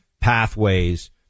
pathways